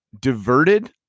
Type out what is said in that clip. diverted